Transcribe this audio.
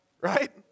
Right